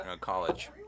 college